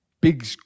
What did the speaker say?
big